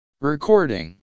Recording